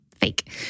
fake